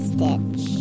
Stitch